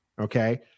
Okay